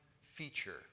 feature